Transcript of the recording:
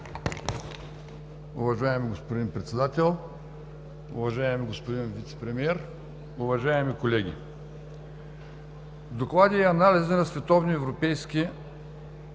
Уважаеми господин Председател, уважаеми господин Вицепремиер, уважаеми колеги! Доклади и анализи на световни европейски